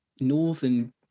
Northern